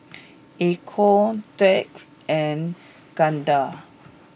Echo Dirk and Gardner